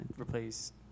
replace